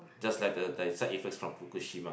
just like the like side effects from Fukushima